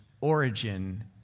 origin